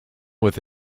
with